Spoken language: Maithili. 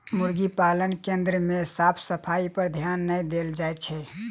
मुर्गी पालन केन्द्र मे साफ सफाइपर ध्यान नै देल जाइत छै